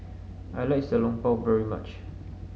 I like Xiao Long Bao very much